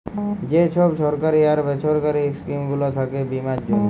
যে ছব সরকারি আর বেসরকারি ইস্কিম গুলা থ্যাকে বীমার জ্যনহে